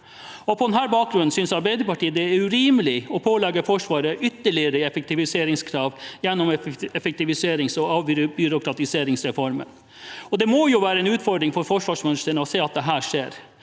På denne bakgrunn synes Arbeiderpartiet det er urimelig å pålegge Forsvaret ytterligere effektiviseringskrav gjennom effektiviserings- og avbyråkratiseringsreformen. Det må være en utfordring for forsvarsministeren å se at dette skjer